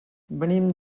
venim